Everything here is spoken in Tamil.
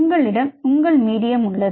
உங்களிடம் உங்கள் மீடியம் உள்ளது